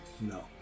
No